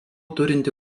turinti